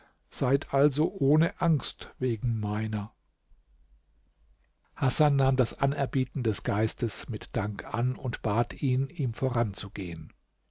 seid also ohne angst wegen meiner hasan nahm das anerbieten dieses geistes mit dank an und bat ihn ihm voranzugehen